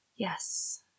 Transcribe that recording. yes